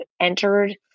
entered